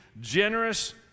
generous